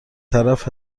طرف